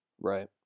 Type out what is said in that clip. Right